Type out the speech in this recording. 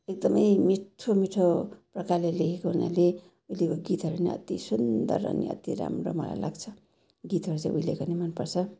एकदमै मिठ्ठो मिठो प्रकारले लेखेको हुनाले उहिलेको गीतहरू नै अति सुन्दर अनि अति राम्रो मलाई लाग्छ गीतहरू चाहिँ उहिलेको नै मनपर्छ